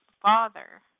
father